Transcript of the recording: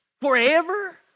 forever